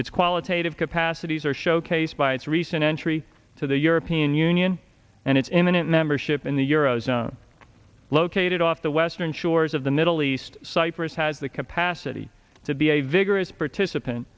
its qualitative capacities are showcased by its recent entry to the european union and its imminent membership in the euro zone located off the western shores of the middle east cyprus has the capacity to be a vigorous participant